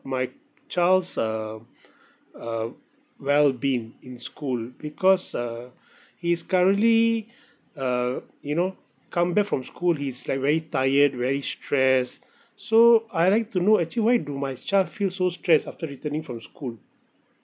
my child's um uh well being in school because uh he's currently uh you know come back from school he's like very tired very stress so I'd like to know actually why do my child feel so stress after returning from school